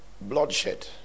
Bloodshed